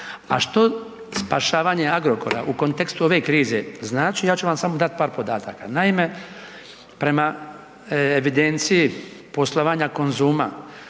A što spašavanje Agrokora u kontekstu ove krize znači, ja ću vam samo dati par podataka. Naime, prema evidencije poslovanja Konzuma